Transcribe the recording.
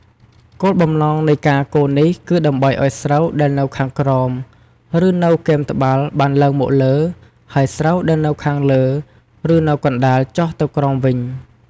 គោលបំណងនៃការកូរនេះគឺដើម្បីឱ្យស្រូវដែលនៅខាងក្រោម ឬនៅគែមត្បាល់បានឡើងមកលើ ហើយស្រូវដែលនៅខាងលើ ឬនៅកណ្តាលចុះទៅក្រោមវិញ។